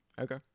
Okay